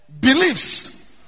Beliefs